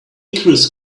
chris